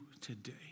today